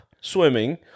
swimming